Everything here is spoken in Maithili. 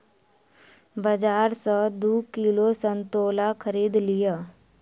बाजार सॅ दू किलो संतोला खरीद लिअ